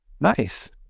Nice